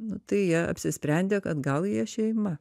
nu tai jie apsisprendė kad gal jie šeima